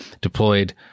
deployed